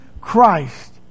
Christ